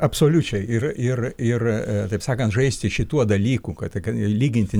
absoliučiai ir ir ir taip sakant žaisti šituo dalyku kad tai kad lyginti